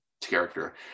character